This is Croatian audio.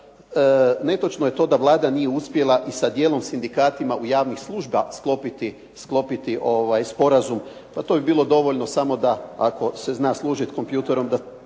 netočno je to da Vlada nije uspjela i sa dijelom sindikata u javnim službama sklopiti sporazum. Pa to je bilo dovoljno samo da ako se zna služiti kompjutorom da